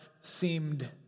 seemed